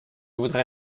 voudrais